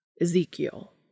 Ezekiel